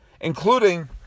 including